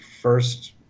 first